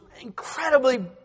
incredibly